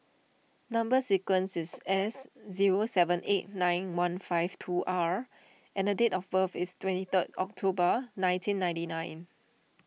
Number Sequence is S zero seven eight nine one five two R and the date of birth is twenty third October nineteen ninety nine